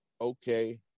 okay